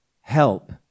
help